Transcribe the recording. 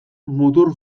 mutur